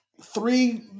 three